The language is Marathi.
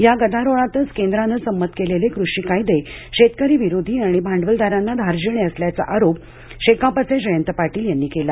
या गदारोळातच केंद्रानं संमत केलेले कृषी कायदे शेतकरी विरोधी आणि भांडवलदारांना धार्जिणे असल्याचा आरोप शेकापचे जयंत पाटील यांनी केला